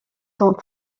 sont